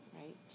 Right